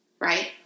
Right